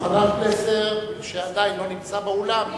יוחנן פלסנר שעדיין לא נמצא באולם.